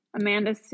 Amanda